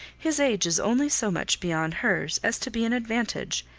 his age is only so much beyond hers as to be an advantage,